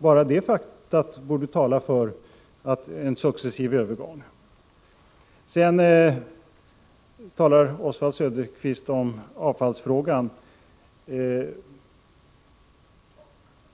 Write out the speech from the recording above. Enbart detta faktum borde tala för en successiv övergång till naturgasen. Oswald Söderqvist tog även upp avfallsfrågan.